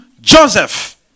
Joseph